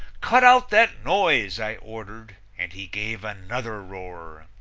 cut out that noise! i ordered, and he gave another roar,